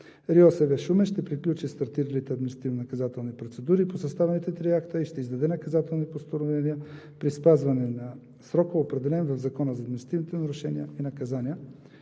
РИОСВ – Шумен, ще приключи стартиралите административнонаказателни процедури по съставените три акта и ще издаде наказателно постановление при спазване на срока, определен в Закона за административните нарушения и наказания.